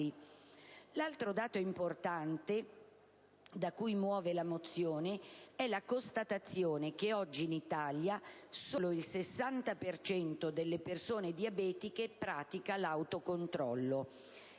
L'altro dato importante da cui muove la mozione è la constatazione che oggi in Italia solo il 60 per cento delle persone diabetiche pratica l'autocontrollo,